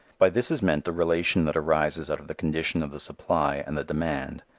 by this is meant the relation that arises out of the condition of the supply and the demand,